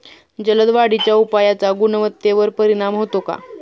जलद वाढीच्या उपायाचा गुणवत्तेवर परिणाम होतो का?